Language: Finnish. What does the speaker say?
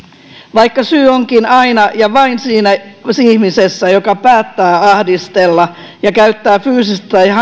vaikka syy onkin aina ja vain siinä ihmisessä joka päättää ahdistella ja käyttää fyysistä ja